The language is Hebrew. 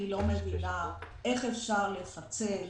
אני לא מבינה איך אפשר לפצל,